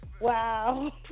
Wow